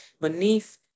Beneath